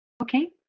Okay